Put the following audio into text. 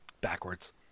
backwards